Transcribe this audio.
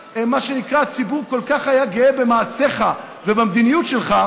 והציבור היה כל כך גאה במעשיך ובמדיניות שלך,